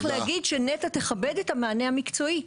צריך להגיד שנת"ע תכבד את המענה המקצועי.